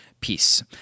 peace